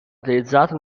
utilizzato